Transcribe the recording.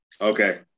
Okay